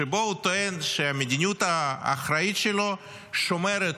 שבו הוא טוען שהמדיניות האחראית שלו שומרת